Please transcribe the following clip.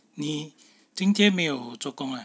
你今天没有做工 ah